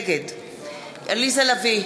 נגד עליזה לביא,